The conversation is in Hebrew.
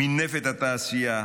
הוא מינף את התעשייה,